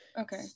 Okay